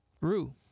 Rue